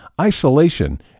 isolation